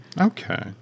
Okay